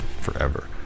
forever